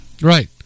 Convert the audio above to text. Right